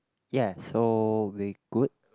ya so we good